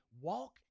walk